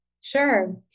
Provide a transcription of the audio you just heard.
Sure